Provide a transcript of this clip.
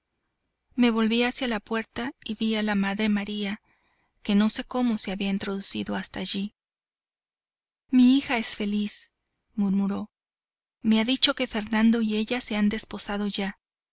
me volví hacia la puerta y vi a la madre maría que no sé cómo se había introducido hasta allí mi hija es feliz murmuró me ha dicho que fernando y ella se han desposado ya